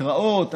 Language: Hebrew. התרעות,